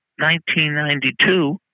1992